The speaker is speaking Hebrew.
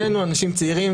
שנינו אנשים צעירים,